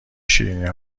شیرینی